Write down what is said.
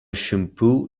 shampoo